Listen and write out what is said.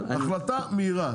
החלטה מהירה,